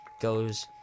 goes